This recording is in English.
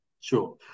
Sure